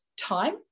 time